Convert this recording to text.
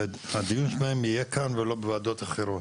שהדיון בהם יהיה כאן ולא בוועדות אחרות.